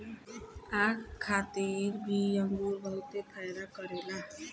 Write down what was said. आँख खातिर भी अंगूर बहुते फायदा करेला